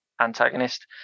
antagonist